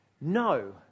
no